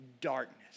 darkness